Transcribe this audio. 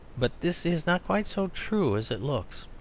but this is not quite so true as it looks.